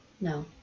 No